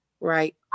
Right